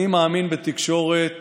אני מאמין בתקשורת חופשית,